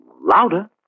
louder